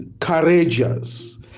courageous